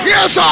Yes